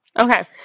okay